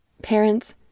Parents